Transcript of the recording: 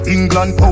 England